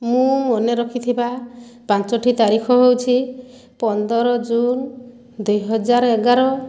ମୁଁ ମନେରଖିଥିବା ପାଞ୍ଚଟି ତାରିଖ ହେଉଛି ପନ୍ଦର ଜୁନ୍ ଦୁଇହଜାର ଏଗାର